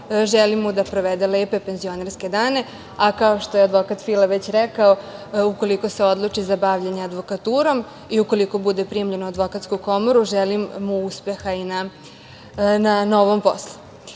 Želim mu da provede lepe penzionerske dane, a kao što je advokat Fila već rekao, ukoliko se odluči za bavljenje advokaturom i ukoliko bude primljen u Advokatsku komoru želim mu uspeha i na novom poslu. Što